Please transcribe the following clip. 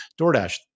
DoorDash